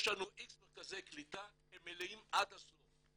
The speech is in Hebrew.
יש לנו X מרכזי קליטה, הם מלאים עד הסוף.